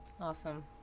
Awesome